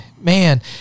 man